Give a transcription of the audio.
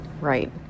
Right